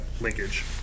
linkage